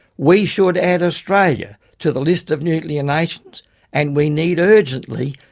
we should add australia to the list of nuclear nations and we need urgently,